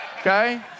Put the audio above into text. okay